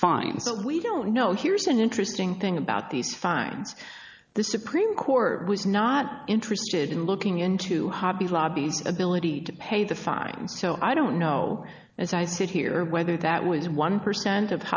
fine so we don't know here's an interesting thing about these fines the supreme court was not interested in looking into hobby lobby's ability to pay the fine so i don't know as i sit here whether that was one percent of